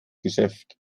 geschäft